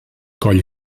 coll